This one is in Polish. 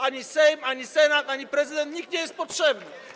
Ani Sejm, ani Senat, ani prezydent - nikt nie jest potrzebny.